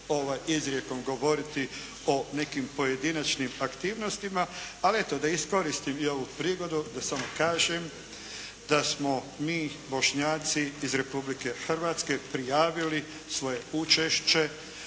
izrijekom govoriti o nekim pojedinačnim aktivnostima. Ali eto da iskoristim i ovu prigodu da samo kažem da smo mi Bošnjaci iz Republike Hrvatske prijavili svoje učešće